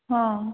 ହଁ